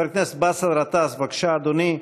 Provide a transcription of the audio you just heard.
חבר הכנסת באסל גטאס, בבקשה, אדוני.